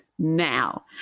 now